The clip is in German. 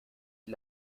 die